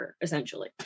essentially